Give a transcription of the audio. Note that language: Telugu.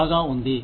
బాగా ఉంది